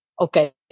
Okay